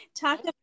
talk